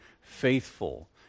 faithful